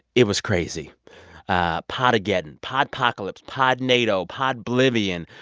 it was crazy ah pod-aggedon, pod-pocalypse, pod-nado, pod-blivion.